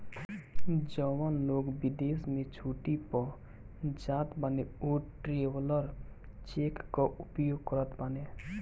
जवन लोग विदेश में छुट्टी पअ जात बाने उ ट्रैवलर चेक कअ उपयोग करत बाने